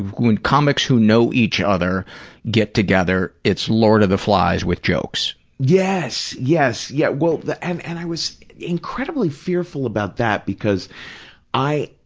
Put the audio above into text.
when comics who know each other get together, it's lord of the flies with jokes. yes, yes. yeah, well, and and i was incredibly fearful about that because i,